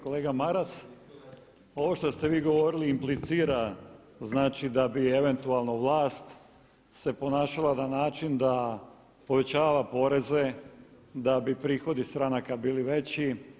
Kolega Maras, ovo što ste vi govorili implicira znači da bi eventualno vlast se ponašala na način da povećava poreze, da bi prihodi stranaka bili veći.